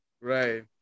right